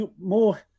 more